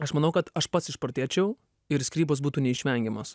aš manau kad aš pats išprotėčiau ir skyrybos būtų neišvengiamos